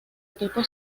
equipo